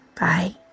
bye